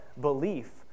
belief